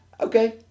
Okay